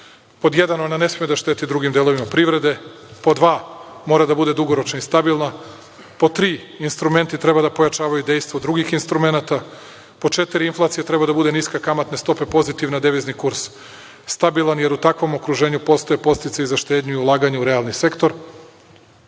jedan – ona ne sme da šteti drugim delovima privrede, pod dva – mora da bude dugoročna i stabilna, pod tri – instrumenti treba pojačavaju dejstvo drugih instrumenata, pod četiri – inflacija treba da bude niska, kamatne stope pozitivne, a devizni kurs stabilan, jer u takvom okruženju postoje podsticaji za štednju i ulaganje u realni sektor,